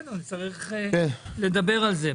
בסדר, נצטרך לדבר על זה.